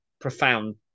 profound